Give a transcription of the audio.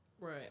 Right